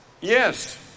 Yes